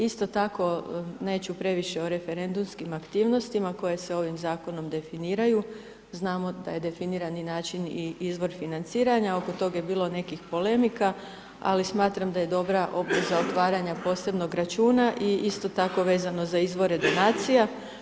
Isto tako neću previše o referendumskim aktivnostima koje se ovim zakonom definiraju, znamo da je definirani način i izbor financiranja oko tog je bilo nekih polemika, ali smatram da je dobra za otvaranja posebnog računa i isto tako vezano za izvore donacija.